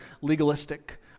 legalistic